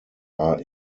are